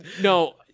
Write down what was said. No